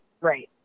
right